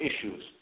issues